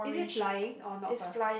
is it flying or not offer